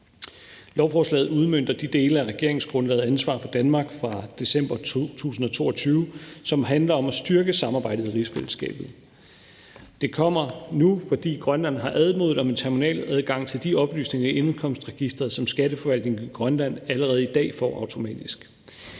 Lovforslaget udmønter de dele af regeringsgrundlaget »Ansvar for Danmark« fra december 2022, som handler om at styrke samarbejdet i rigsfællesskabet. Det kommer nu, fordi Grønland har anmodet om terminaladgang til de oplysninger i indkomstregisteret, som skatteforvaltningen i Grønland allerede i dag får automatisk.